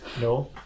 no